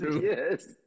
yes